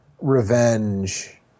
revenge